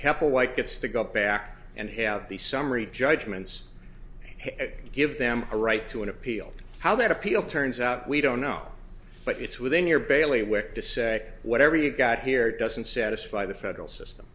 hepplewhite gets to go back and have the summary judgments it give them a right to an appeal how that appeal turns out we don't know but it's within your bailiwick to say whatever you got here doesn't satisfy the federal system